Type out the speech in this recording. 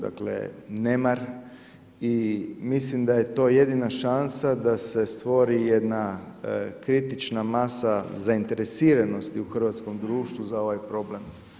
Dakle, nemar i mislim da je to jedina šansa da se stvori jedna kritična masa zainteresiranosti u hrvatskom društvu za ovaj problem.